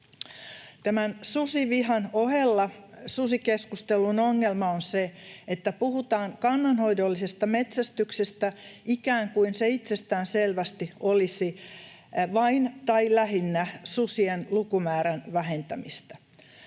Tämän susivihan ohella susikeskustelun ongelma on se, että puhutaan kannanhoidollisesta metsästyksestä ikään kuin se itsestäänselvästi olisi vain tai lähinnä susien lukumäärän vähentämistä.